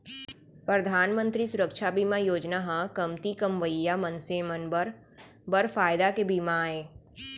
परधान मंतरी सुरक्छा बीमा योजना ह कमती कमवइया मनसे बर बड़ फायदा के बीमा आय